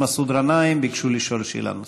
מסעוד גנאים ביקשו לשאול שאלה נוספת.